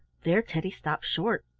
there teddy stopped short,